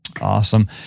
Awesome